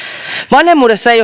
vanhemmuudessa ei